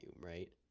right